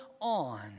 on